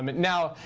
um but now,